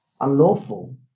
unlawful